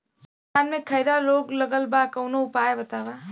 हमरे धान में खैरा रोग लगल बा कवनो उपाय बतावा?